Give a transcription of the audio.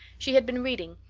she had been reading,